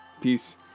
Peace